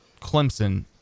Clemson